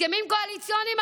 הסכמים קואליציוניים,